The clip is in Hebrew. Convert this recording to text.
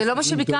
זה לא מה שביקשנו.